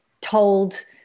told